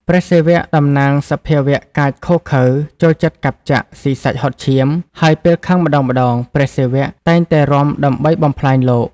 ព្រះសិវៈតំណាងសភាវៈកាចឃោរឃៅ ចូលចិត្តកាប់ចាក់ ស៊ីសាច់ហុតឈាម ហើយពេលខឹងម្តងៗព្រះសិវៈតែងតែរាំដើម្បីបំផ្លាញលោក។